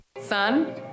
Son